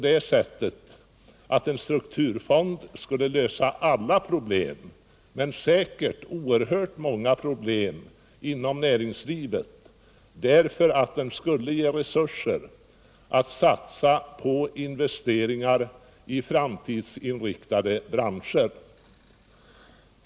En strukturfond skulle väl inte lösa alla problem men säkert oerhört många problem inom näringslivet, eftersom den skulle ge behövliga resurser att satsa på investeringar i framtidsinriktade branscher.